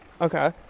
Okay